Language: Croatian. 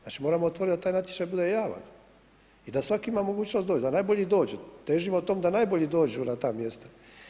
Znači moramo otvoriti onda da taj natječaj bude javan i da svak ima mogućnosti doći, da najbolji dože, težimo tomu da najbolji dođu na ta mjesta.